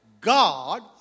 God